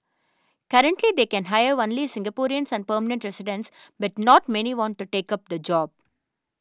currently they can hire only Singaporeans and permanent residents but not many want to take up the job